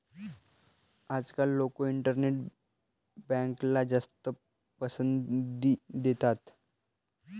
आजकाल लोक इंटरनेट बँकला जास्त पसंती देतात